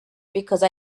because